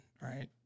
right